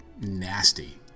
nasty